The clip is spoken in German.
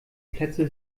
plätze